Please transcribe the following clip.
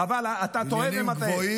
חבל, אתה טועה ומטעה.